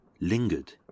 lingered